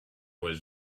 was